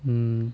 mm